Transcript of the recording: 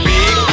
Big